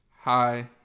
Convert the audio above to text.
Hi